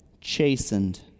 chastened